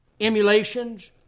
emulations